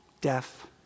deaf